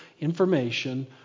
information